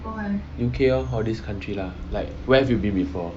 U_K lor all these country lah like where have you been before